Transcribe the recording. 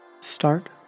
Start